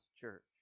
church